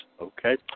okay